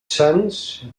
sants